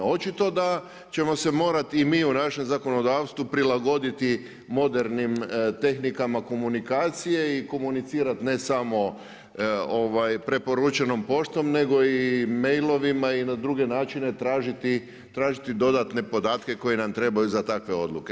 Očito da ćemo se morati i mi u našem zakonodavstvu prilagoditi modernim tehnikama komunikacije i komunicirati ne samo preporučenom poštom nego i mailovima i na druge načine tražiti dodatne podatke koji nam trebaju za takve odluke.